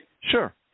Sure